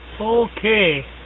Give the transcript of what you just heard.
Okay